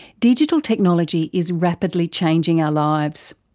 digital technology is rapidly changing our lives.